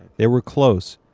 they were close,